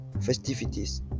festivities